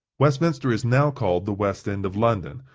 westminster is now called the west end of london,